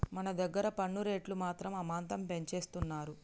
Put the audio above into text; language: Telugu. మన దగ్గర పన్ను రేట్లు మాత్రం అమాంతం పెంచేస్తున్నారు